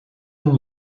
een